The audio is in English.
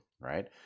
right